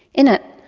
in it,